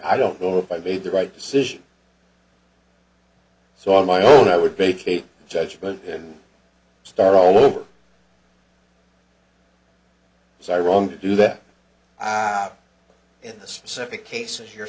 i don't know if i made the right decision so on my own i would bake a judgement and start all over so i wrong to do that in the specific cases you're